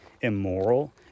immoral